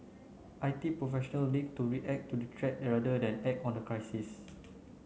I T professional need to react to the rather than on the crisis